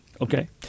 Okay